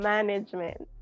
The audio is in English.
Management